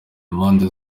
impande